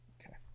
Okay